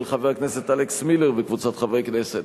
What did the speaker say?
של חבר הכנסת אלכס מילר וקבוצת חברי הכנסת,